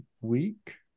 week